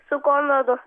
su konradu